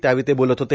त्यावेळी ते बोलत होते